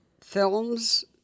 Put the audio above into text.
films